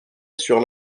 sur